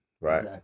right